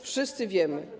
Wszyscy wiemy.